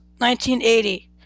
1980